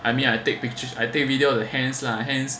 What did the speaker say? I mean I take pictures I take video the hands lah hands